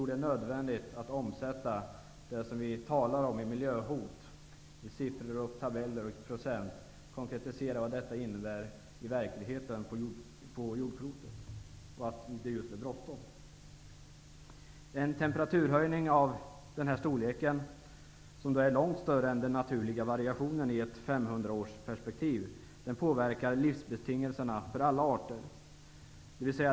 Det är nödvändigt att konkretisera miljöhotet och tala om vad siffror, tabeller och procent innebär i verkligheten för jordklotet och att betona att det är bråttom. En temperaturhöjning av denna storlek, som är långt större än den naturliga variationen i ett 500 årsperspektiv, påverkar livsbetingelserna för alla arter.